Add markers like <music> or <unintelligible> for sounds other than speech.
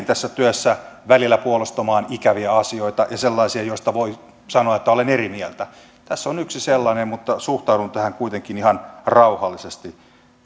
<unintelligible> tässä työssä välillä puolustamaan ikäviä asioita ja sellaisia joista voi sanoa että olen eri mieltä tässä on yksi sellainen mutta suhtaudun tähän kuitenkin ihan rauhallisesti